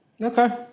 Okay